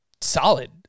solid